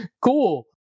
cool